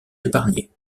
épargnés